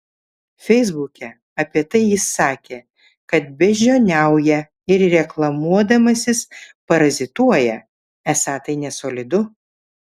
feisbuke apie tai jis sakė kad beždžioniauja ir reklamuodamasis parazituoja esą tai nesolidu